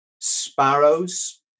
sparrows